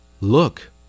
Look